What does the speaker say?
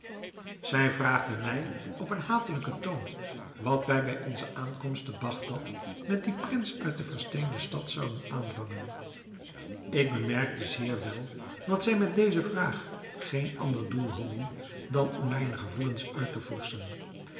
zij vraagden mij op een hatelijken toon wat wij bij onze aankomst te bagdad met dien prins uit de versteende stad zouden aanvangen ik bemerkte zeer wel dat zij met deze vraag geen ander doel hadden dan om mijne gevoelens uit te